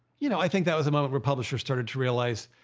you know, i think that was a moment where publishers started to realize,